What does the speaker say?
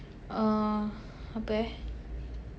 uh apa eh